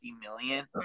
million